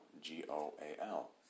G-O-A-L